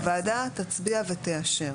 הוועדה תצביע ותאשר.